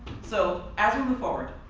so as we move forward,